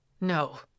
No